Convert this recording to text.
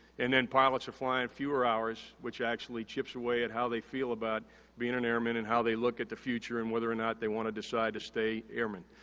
and then pilots are flying fewer hours, which actually chips away at how they feel about being an airman and how they look at the future and whether or not they wanna decide to stay airmen.